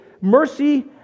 mercy